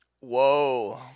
Whoa